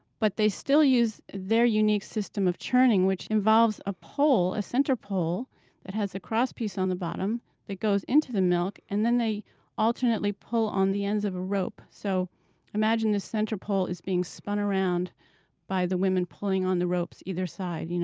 but they still used their unique system of churning, which involves a pole, a center pole that has a cross-piece on the bottom, that goes into the milk. and they alternately pull on the ends of a rope. so imagine this center pole is being spun around by the women pulling on the ropes on either side, you know